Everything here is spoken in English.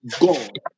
God